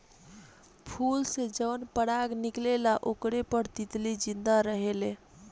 फूल से जवन पराग निकलेला ओकरे पर तितली जिंदा रहेले